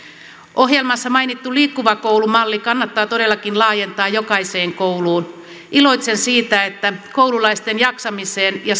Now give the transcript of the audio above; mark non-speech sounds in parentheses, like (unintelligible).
ohjelmassa mainittu liikkuva koulu malli kannattaa todellakin laajentaa jokaiseen kouluun iloitsen siitä että koululaisten jaksamiseen ja (unintelligible)